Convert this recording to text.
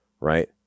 right